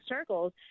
circles